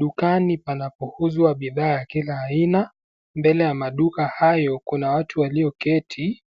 Dukani panapouzwa bidhaa ya kila aina. Mbele ya maduka hayo kuna watu walioketi.